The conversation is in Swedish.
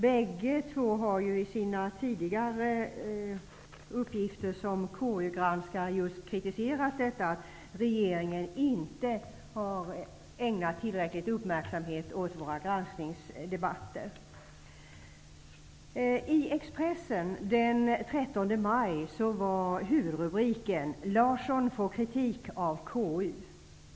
Bägge två har ju i sina tidigare uppgifter som KU-granskare just kritiserat detta att regeringen inte har ägnat tillräcklig uppmärksamhet åt våra granskningsdebatter. ''Larsson får kritik av KU.''